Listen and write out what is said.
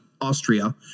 Austria